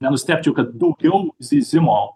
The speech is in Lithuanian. nenustebčiau kad daugiau zyzimo